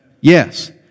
Yes